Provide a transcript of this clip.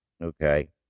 Okay